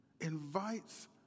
invites